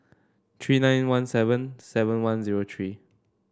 three nine one seven seven one zero three